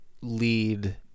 lead